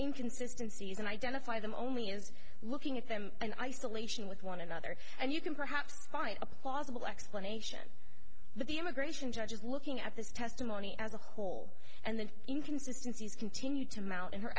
inconsistency and identify them only is looking at them and isolation with one another and you can perhaps find a plausible explanation but the immigration judge is looking at this testimony as a whole and the inconsistency is continue to mount in her